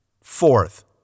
Fourth